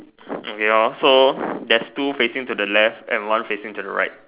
okay lor so there's two facing to the left and one facing to the right